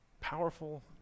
Powerful